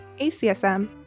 ACSM